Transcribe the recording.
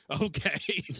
okay